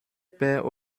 pères